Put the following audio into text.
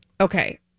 Okay